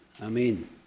Amen